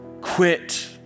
quit